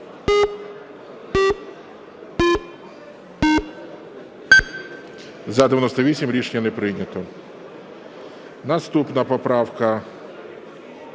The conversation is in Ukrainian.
За-98 Рішення не прийнято. Наступна поправка